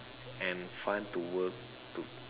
and fun to work too